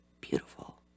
beautiful